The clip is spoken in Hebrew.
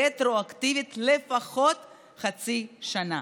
רטרואקטיבית לפחות חצי שנה.